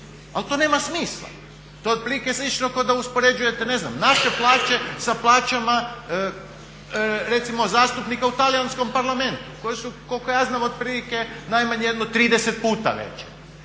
Ali to nema smisla. To je otprilike slično kao da uspoređujete ne znam, naše plaće sa plaćama recimo zastupnika u talijanskom parlamentu koje su koliko ja znam otprilike najmanje jedno 30 puta veće.